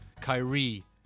Kyrie